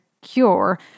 cure